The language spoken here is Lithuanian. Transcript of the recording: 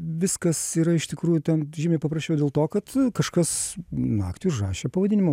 viskas yra iš tikrųjų ten žymiai paprasčiau dėl to kad kažkas naktį užrašė pavadinimą